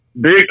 Big